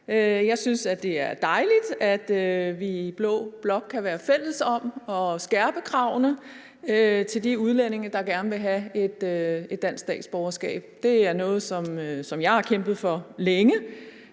Jeg synes, at det er dejligt, at vi i blå blok kan være fælles om at skærpe kravene til de udlændinge, der gerne vil have et dansk statsborgerskab. Det er noget, som jeg har kæmpet for længe,